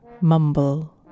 mumble